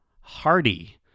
Hardy